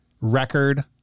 record